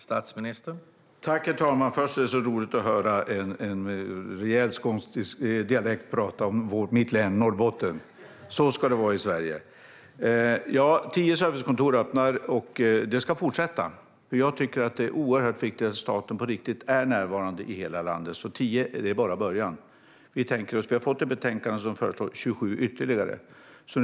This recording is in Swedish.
Herr talman! Först vill jag säga att det är roligt att höra en med rejäl skånsk dialekt prata om "mitt län Norrbotten". Så ska det vara i Sverige. Tio servicekontor ska öppnas, och det ska fortsätta. Jag tycker att det är oerhört viktigt att staten på riktigt är närvarande i hela landet. Tio servicekontor är bara början. Vi har fått ett betänkande som föreslår 27 ytterligare kontor.